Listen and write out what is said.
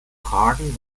fragen